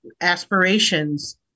aspirations